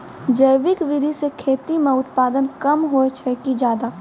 जैविक विधि से खेती म उत्पादन कम होय छै कि ज्यादा?